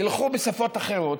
תלכו בשפות אחרות,